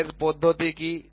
তারের পদ্ধতি কী